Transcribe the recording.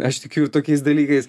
aš tikiu tokiais dalykais